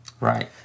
right